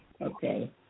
Okay